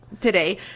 today